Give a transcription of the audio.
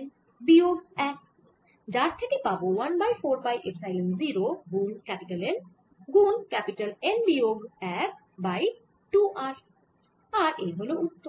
N বিয়োগ 1 যার থেকে পাবো 1 বাই 4 পাই এপসাইলন 0 গুন N গুন N বিয়োগ 1বাই 2 R আর এই হল উত্তর